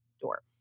door